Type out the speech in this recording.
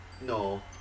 no